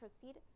proceed